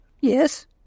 Yes